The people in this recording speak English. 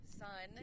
son